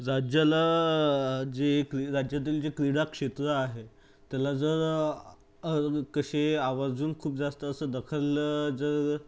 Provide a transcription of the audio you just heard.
राज्याला जे क्रि राज्यातील जे क्रीडाक्षेत्र आहे त्याला जर कसे आवर्जून खूप जास्त असं दखल जर